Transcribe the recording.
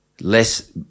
Less